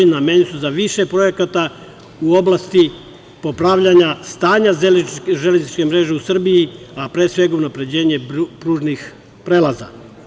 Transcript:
Namenjena su za više projekata u oblasti popravljanja stanja železničke mreže u Srbiji, a pre svega unapređenje pružnih prelaza.